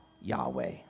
Yahweh